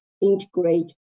integrate